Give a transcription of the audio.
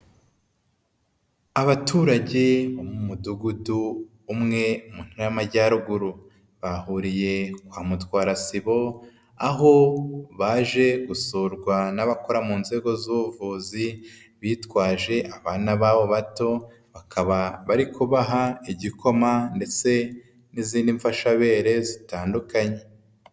Abaturage bo mu mudugudu umwe mu ntara y'Amajyaruguru bahuriye kwa mutwarasibo, aho baje gusurwa n'abakora mu nzego z'ubuvuzi bitwaje abana b'abo bato bari kubaha igikoma ndetse n'izindi mfashabere zitandukanye.